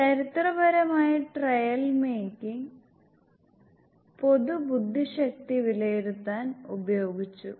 ചരിത്രപരമായി trial making പൊതു ബുദ്ധിശക്തി വിലയിരുത്താൻ ഉപയോഗിച്ചു